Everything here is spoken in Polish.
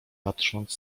patrząc